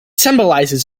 symbolizes